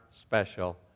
special